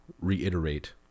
reiterate